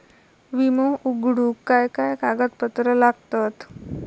विमो उघडूक काय काय कागदपत्र लागतत?